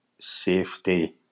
safety